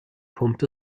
kommt